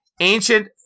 Ancient